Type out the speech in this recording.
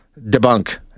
debunk